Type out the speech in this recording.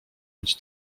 być